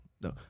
no